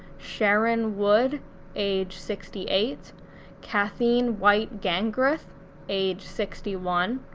sharron wood age sixty eight kathleen whitegangruth age sixty one,